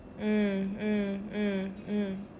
mm mm mm mm